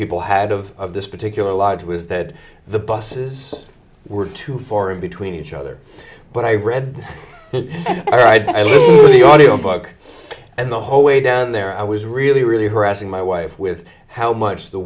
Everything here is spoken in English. people had of this particular lodge was that the buses were too for in between each other but i read it all right but i love the audiobook and the whole way down there i was really really harassing my wife with how much the